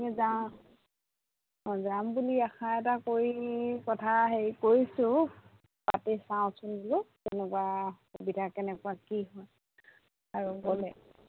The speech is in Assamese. এ যাওঁ অঁ যাম বুলি আশা এটা কৰি কথা হেৰি কৰিছোঁ পাতি চাওঁচোন বোলো কেনেকুৱা সুবিধা কেনেকুৱা কি হয় আৰু গ'লে